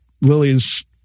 Lily's